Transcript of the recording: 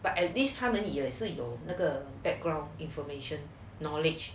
but at least 他们因为是有那个 background information knowledge